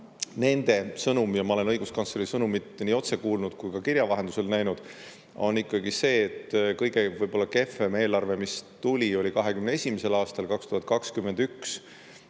Nende sõnum – ja ma olen õiguskantseleri sõnumit nii otse kuulnud kui ka kirja vahendusel näinud – on ikkagi see, et kõige võib-olla kehvem eelarve, mis tuli, oli 21. aastal, 2021,